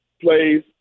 plays